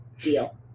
Deal